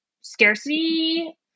scarcity